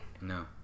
no